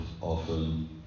often